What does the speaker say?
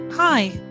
Hi